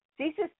Jesus